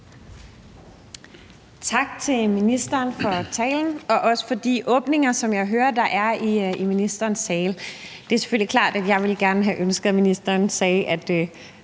Tak til ministeren for talen og også for de åbninger, som ministerens gav udtryk for i sin tale. Det er selvfølgelig klart, at jeg godt kunne have ønsket, at ministeren havde sagt,